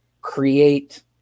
create